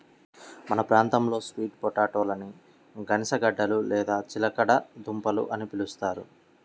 మన ప్రాంతంలో స్వీట్ పొటాటోలని గనిసగడ్డలు లేదా చిలకడ దుంపలు అని పిలుస్తారు